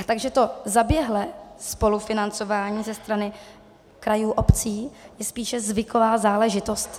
Takže to zaběhlé spolufinancování ze strany krajů a obcí je spíše zvyková záležitost.